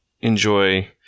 enjoy